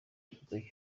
igikorwa